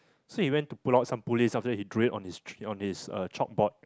so he went to pull out some pulleys after that he drew it on his on his uh chalkboard